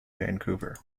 vancouver